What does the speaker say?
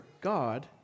God